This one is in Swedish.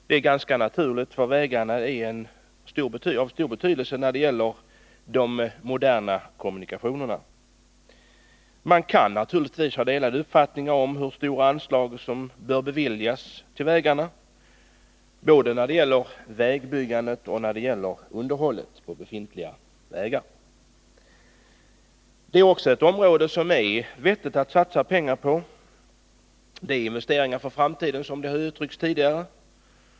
Detta är ganska naturligt, eftersom vägarna är av stor betydelse för de moderna kommunikationerna. Man kan naturligtvis ha delade uppfattningar om hur stora anslag som bör beviljas till vägarna, både till vägbyggandet och till underhållet av befintliga vägar. Det är också ett område som det är vettigt att satsa pengar på. Det är investeringar för framtiden, som det har uttryckts tidigare.